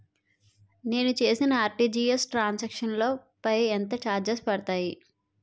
నేను చేసిన RTGS transaction లో పై ఎంత చార్జెస్ పడతాయి?